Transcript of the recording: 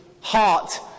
heart